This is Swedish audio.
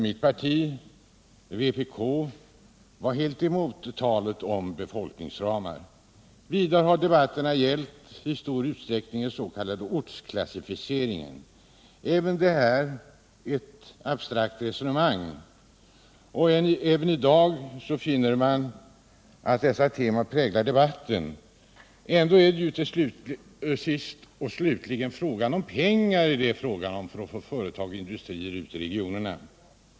Mitt parti vpk var helt emot talet om befolkningsramar. Vidare har debatten i stor utsträckning gällt den s.k. ortsklassificeringen, även det ett abstrakt resonemang. Än i dag finner man att dessa tema präglar debatten. Ändå är det sist och slutligen fråga om pengar för att få industrier och andra företag ut till regionerna.